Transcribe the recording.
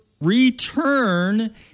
return